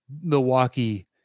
Milwaukee